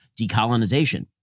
decolonization